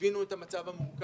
תבינו את המצב המורכב,